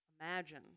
Imagine